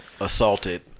assaulted